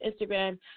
Instagram